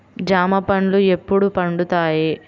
జామ పండ్లు ఎప్పుడు పండుతాయి?